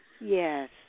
Yes